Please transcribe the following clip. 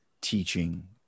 teaching